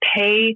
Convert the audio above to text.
pay